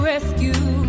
rescue